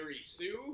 Sue